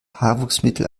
haarwuchsmittel